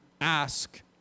ask